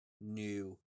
new